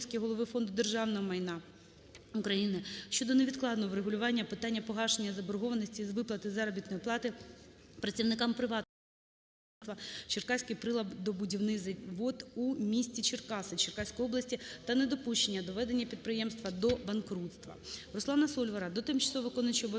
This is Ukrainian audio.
РусланаСольвара до тимчасово виконуючої обов'язки